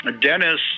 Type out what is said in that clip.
Dennis